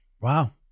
Wow